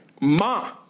Ma